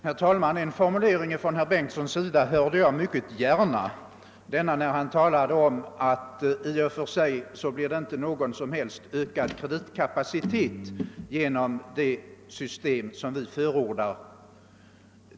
Herr talman! En formulering av herr Bengtsson i Landskrona hörde jag mycket gärna. Han talade nämligen om att det i och för sig inte blir någon som helst ökad kreditkapacitet genom den ändring som vi förordar.